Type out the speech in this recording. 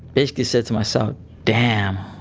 basically said to myself damn.